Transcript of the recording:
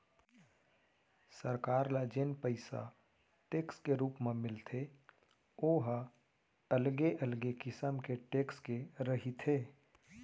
सरकार ल जेन पइसा टेक्स के रुप म मिलथे ओ ह अलगे अलगे किसम के टेक्स के रहिथे